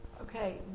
Okay